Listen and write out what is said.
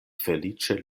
feliĉe